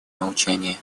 молчания